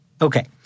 Okay